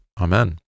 Amen